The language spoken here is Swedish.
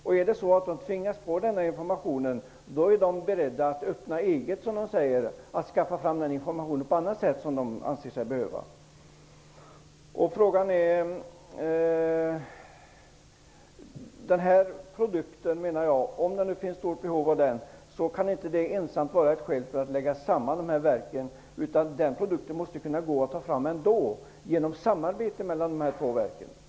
Om de tvingas på denna information är de beredda att ''öppna eget'' och skaffa fram den information de anser sig behöva på annat sätt. Om det finns ett stort behov av denna produkt, kan det inte ensamt vara ett skäl för att lägga samman verken. Den produkten måste ändå tas fram med hjälp av samarbete mellan de två verken.